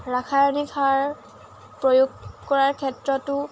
ৰাসায়নিক সাৰ প্ৰয়োগ কৰাৰ ক্ষেত্ৰতো